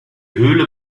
höhle